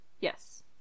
Yes